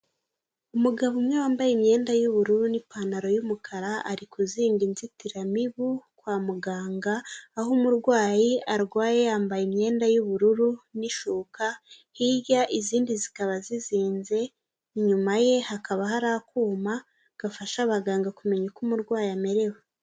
Umugabo umwe wambaye imyenda y'ubururu n'ipantaro y'umukara ari kuzinga inzitiramibu kwa muganga, aho umurwayi arwaye yambaye imyenda y'ubururu n'ishuka, hirya izindi zikaba zizinze, inyuma ye hakaba hari akuma gafasha abaganga kumenya uko umurwayi amerewe.